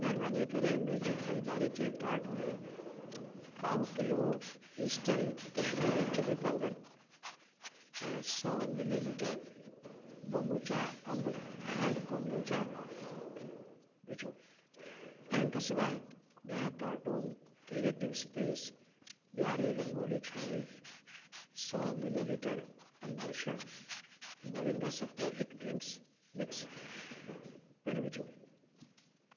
महिरबानी करे मुंहिंजे ख़रीदारी जे काट में पाओ kilo Eastern Kashmiri chilli powder ऐं सौ मिलीलीटर बौम्बुचा अंब हैड कोम्बुचा विझो इन्हनि खां सवाइ ॾह काटुन क्रिएटिव स्पेस ॾियारी रंगोली छाणी सौ मिलीलीटर अन्वेषण मोरिंगा सत्तू हिकु ड्रिंक मिक्स पिण विझो